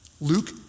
Luke